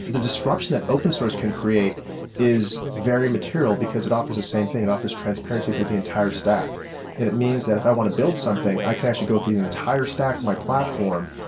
the disruption that open source can create is very material because it offers a same thing. and offers transparency through the entire stack and it means that if i want to build something, i can actually go through the entire stack, my platform,